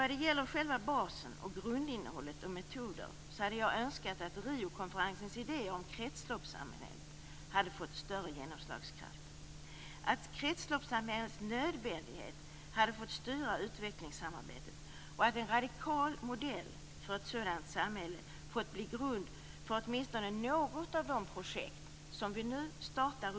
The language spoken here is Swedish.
Vad gäller själva basen, det grundläggande innehållet och metoderna, hade jag önskat att Riokonferensens idéer om kretsloppssamhället hade fått större genomslagskraft, att kretsloppssamhällets nödvändighet hade fått styra utvecklingssamarbetet och att en radikal modell för ett sådant samhälle hade fått bli grund för åtminstone något av de projekt som vi nu startar.